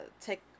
take